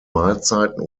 mahlzeiten